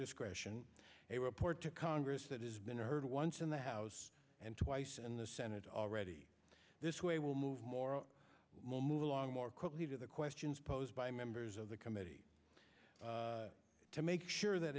discretion a report to congress that has been heard once in the house and twice and the senate already this way will move more and more quickly to the questions posed by members of the committee to make sure that